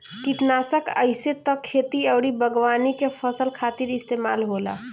किटनासक आइसे त खेती अउरी बागवानी के फसल खातिर इस्तेमाल होला